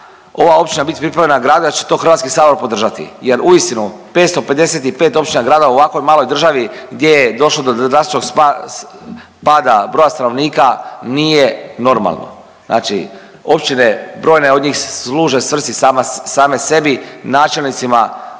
ova općina biti pripojena gradu, da će to Hrvatski sabor podržati. Jer uistinu 555 općina, gradova u ovakvoj maloj državi gdje je došlo do drastičnog pada broja stanovnika nije normalno. Znači, općine brojne od njih služe svrsi same sebi, načelnicima,